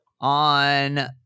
on